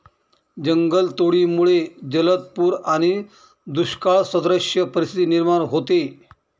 जंगलतोडीमुळे जलद पूर आणि दुष्काळसदृश परिस्थिती निर्माण होते